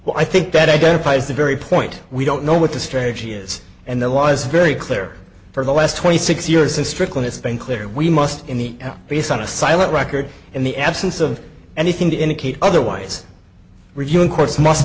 well i think that identifies the very point we don't know what the strategy is and the law is very clear for the last twenty six years in strickland it's been clear we must in the face on a silent record in the absence of anything to indicate otherwise reviewing courts must